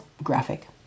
Graphic